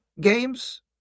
games